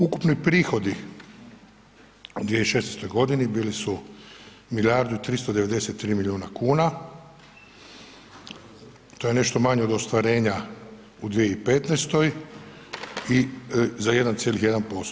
Ukupni prihodi u 2016.g. bili su milijardu i 393 milijuna kuna, to je nešto manje od ostvarenja u 2015. i, za 1,1,